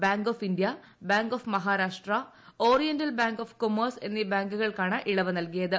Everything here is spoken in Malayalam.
bank of India bank of Maharashtra oriental bank of commerce എന്നീ ബാങ്കുകൾക്കാണ് ഇളവ് നൽകിയത്